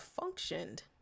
functioned